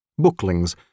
booklings